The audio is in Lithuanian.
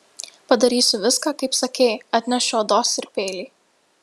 padarysiu viską kaip sakei atnešiu odos ir peilį